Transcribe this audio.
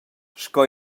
sco